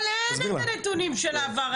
אבל אין הנתונים של העביר,